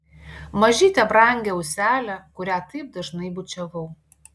mažytę brangią auselę kurią taip dažnai bučiavau